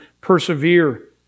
persevere